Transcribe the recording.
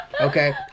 Okay